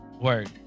Word